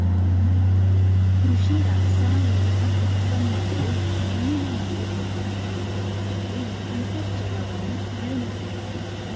ಕೃಷಿ ರಾಸಾಯನಿಕ ಉತ್ಪನ್ನಗಳು ಮಣ್ಣಿನ ಮೇಲೆ ಕೆಟ್ಟ ಪರಿಣಾಮ ಬೀರಿ ಅಂತರ್ಜಲವನ್ನು ಹಾಳು ಮಾಡತ್ತದೆ